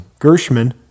Gershman